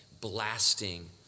blasting